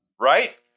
right